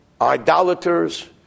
idolaters